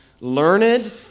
learned